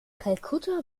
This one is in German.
kalkutta